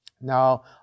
Now